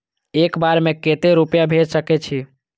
एक बार में केते रूपया भेज सके छी?